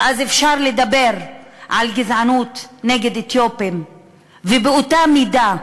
ואז אפשר לדבר על גזענות נגד אתיופים ובאותה מידה,